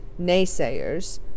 naysayers